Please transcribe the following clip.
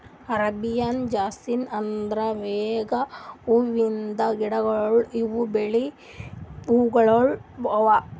Arabian jasmine ಅಂದುರ್ ಮೊಗ್ರಾ ಹೂವಿಂದ್ ಗಿಡಗೊಳ್ ಇವು ಬಿಳಿ ಹೂವುಗೊಳ್ ಅವಾ